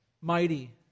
mighty